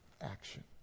action